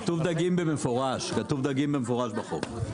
כתוב דגים במפורש בחוק.